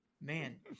man